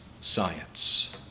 science